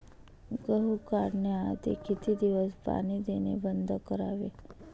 गहू काढण्याआधी किती दिवस पाणी देणे बंद करावे?